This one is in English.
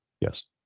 Yes